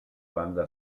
banda